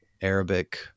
Arabic